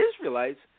Israelites